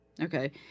okay